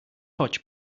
hotch